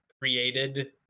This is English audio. created